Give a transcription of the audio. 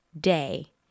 day